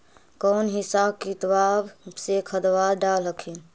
कौन हिसाब किताब से खदबा डाल हखिन?